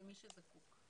למי שזקוק.